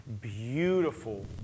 Beautiful